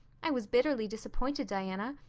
i was bitterly disappointed, diana.